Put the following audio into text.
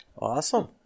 Awesome